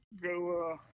Go